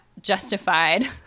justified